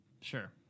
sure